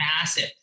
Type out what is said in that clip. massive